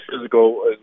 physical